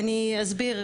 אני אסביר,